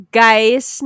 guys